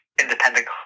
independent